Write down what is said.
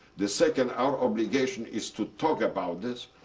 the second, our obligation is to talk about this,